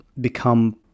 become